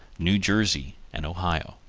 new jersey and ohio.